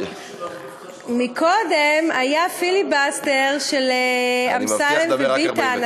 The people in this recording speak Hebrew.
קודם היה פיליבסטר של אמסלם וביטן.